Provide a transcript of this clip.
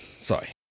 Sorry